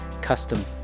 custom